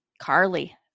Carly